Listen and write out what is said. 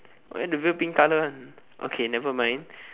why the veil pink colour one okay nevermind